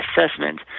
assessment